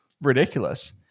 ridiculous